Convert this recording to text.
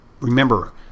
Remember